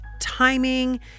timing